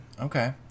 Okay